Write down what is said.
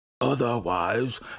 Otherwise